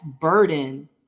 burden